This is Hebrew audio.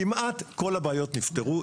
כמעט כל הבעיות נפתרו,